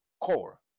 core